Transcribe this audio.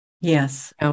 yes